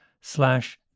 slash